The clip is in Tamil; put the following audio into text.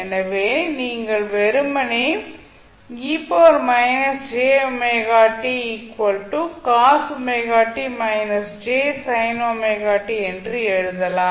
எனவே நீங்கள் வெறுமனேஎன்று எழுதலாம்